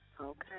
Okay